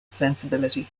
sensibility